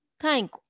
thank